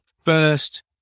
first